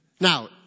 Now